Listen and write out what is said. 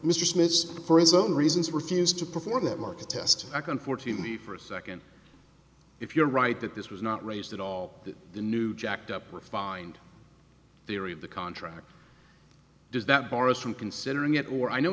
mr smith's for his own reasons refused to perform at market test second fourteen for a second if you're right that this was not raised at all the new jacked up refined theory of the contract does that boras from considering it or i know